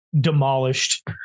demolished